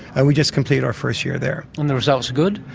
and we just completed our first year there. and the results are good?